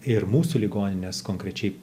ir mūsų ligoninės konkrečiai